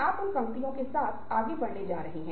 हम सभी लोग दिन में कई बार बातचीत करते हैं